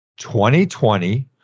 2020